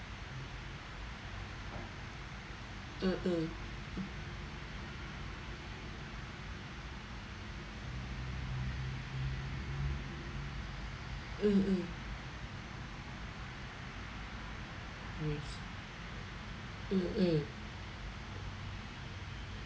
mm mm mm mm yes mm mm